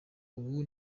ubu